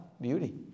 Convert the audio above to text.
Beauty